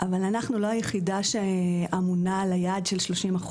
אבל אנחנו לא היחידה שאמונה על היעד של ה-30%.